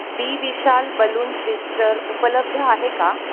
बी विशाल balloon twister उपलब्ध आहे का